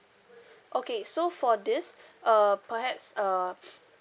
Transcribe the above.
okay so for this uh perhaps uh